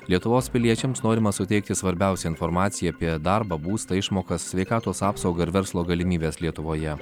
lietuvos piliečiams norima suteikti svarbiausią informaciją apie darbą būstą išmokas sveikatos apsaugą ir verslo galimybes lietuvoje